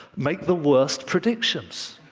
make the worst predictions.